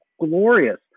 glorious